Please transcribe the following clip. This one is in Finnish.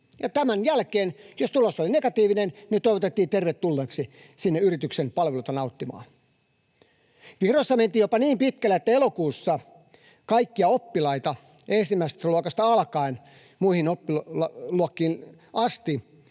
Tämän jälkeen, jos tulos oli negatiivinen, toivotettiin tervetulleeksi sinne yrityksen palveluita nauttimaan. Virossa mentiin jopa niin pitkälle, että elokuussa kaikkia oppilaita ensimmäisestä luokasta alkaen muihin luokkiin asti